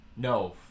No